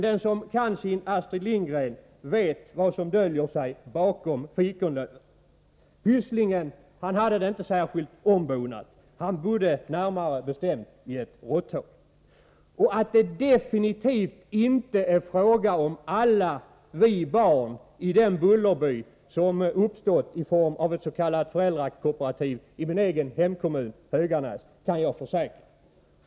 Den som kan sin Astrid Lindgren vet emellertid vad som döljer sig bakom fikonlöven. Pysslingen hade det inte särskilt ombonat, utan han bodde närmare bestämt i ett råtthål. Att det definitivt inte är fråga om ”Alla vi barn” i den Bullerby som skapats i form av ett s.k. föräldrakooperativ i min egen hemkommun, Höganäs, kan jag försäkra.